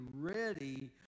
ready